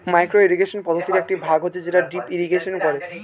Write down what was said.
micro irrigation পদ্ধতির একটি ভাগ হচ্ছে যেটা ড্রিপ ইরিগেশন করে